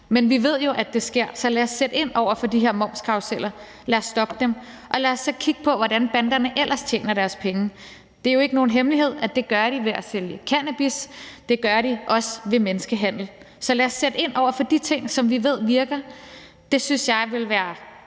Men vi ved jo, at det sker, så lad os sætte ind over for de her momskarruseller; lad os stoppe dem, og lad os så kigge på, hvordan banderne ellers tjener deres penge. Det er jo ikke nogen hemmelighed, at det gør de ved at sælge cannabis; det gør de også ved menneskehandel. Så lad os sætte ind over for de ting, som vi ved virker. Det synes jeg ville være